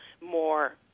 more